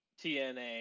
TNA